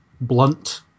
blunt